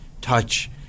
touch –